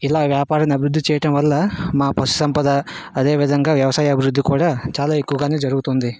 ఇలా వ్యాపారాన్ని అభివృద్ధి చేయడం వల్ల మా పశు సంపద అదేవిధంగా వ్యవసాయ అభివృద్ధి కూడా చాలా ఎక్కువగానే జరుగుతుంది